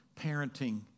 Parenting